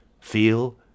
feel